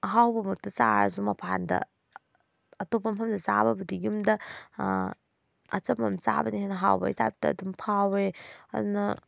ꯑꯍꯥꯎꯕꯃꯛꯇ ꯆꯥꯔꯁꯨ ꯃꯄꯥꯟꯗ ꯑꯩꯇꯣꯞꯄ ꯃꯐꯝꯗ ꯆꯥꯕꯕꯨꯗꯤ ꯌꯨꯝꯗ ꯑꯆꯝꯕ ꯑꯃ ꯆꯥꯕꯅ ꯍꯦꯟꯅ ꯍꯥꯎꯕꯩ ꯇꯥꯏꯞꯇ ꯑꯗꯨꯝ ꯐꯥꯎꯋꯦ ꯑꯗꯨꯅ